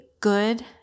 good